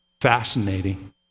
fascinating